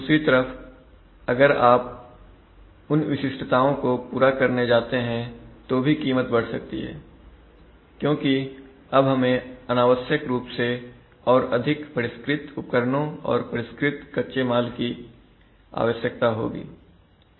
दूसरी तरफ अगर आप उन विशिष्टताओं को पूरा करने जाते हैं तो भी कीमत बढ़ सकती है क्योंकि अब हमें अनावश्यक रूप से और अधिक परिष्कृत उपकरणों और परिष्कृत कच्चे माल की आवश्यकता होगी